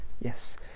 Yes